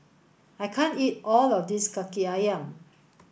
I can't eat all of this Kaki Ayam